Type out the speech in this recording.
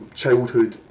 childhood